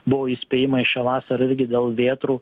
buvo įspėjimai šią vasarą dėl vėtrų